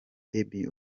debby